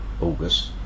August